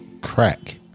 crack